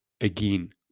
again